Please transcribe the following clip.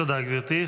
תודה, גברתי.